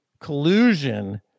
collusion